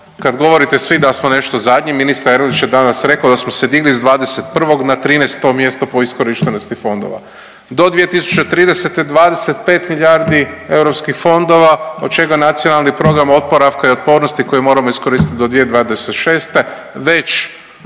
Kad govorite svi da smo nešto zadnji ministar Erlić je danas rekao da smo se digli s 21. na 13. mjesto po iskorištenosti fondova. Do 2030. 25 milijardi europskih fondova, od čega NPOO koji moramo iskoristiti do 2026. već